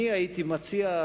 הייתי מציע,